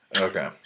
Okay